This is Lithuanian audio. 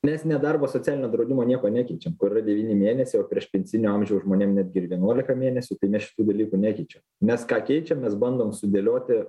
mes nedarbo socialinio draudimo nieko nekeičiam kur yra devyni mėnesiai va priešpensinio amžiaus žmonėm netgi ir vienuolika mėnesių tai mes šitų dalykų nekeičiam mes ką keičiam mes bandom sudėlioti